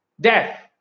death